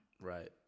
Right